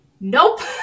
Nope